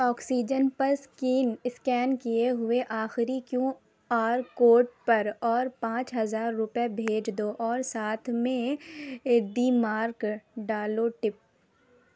oxygen پر scan scan کیے ہوئے آخری کیو آر کوڈ پر اور پانچ ہزار روپئے بھیج دو اور ساتھ میں دی مارک ڈالو ٹپ